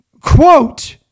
Quote